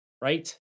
right